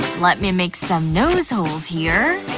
lemme make some nose holes here,